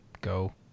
go